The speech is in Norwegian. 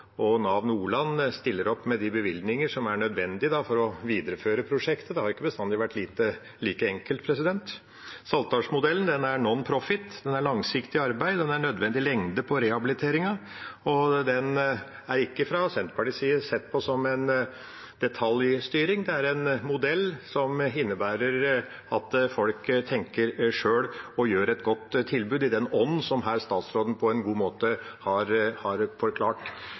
og Nav Nordland stiller opp med de bevilgninger som er nødvendige for å videreføre prosjektet. Det har ikke bestandig vært like enkelt. Saltdal-modellen er «non-profit», det er langsiktig arbeid, det er nødvendig lengde på rehabiliteringen, og den er ikke fra Senterpartiets side sett på som en detaljstyring. Det er en modell som innebærer at folk tenker sjøl og gir et godt tilbud i den ånden som statsråden her på en god måte har forklart.